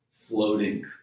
floating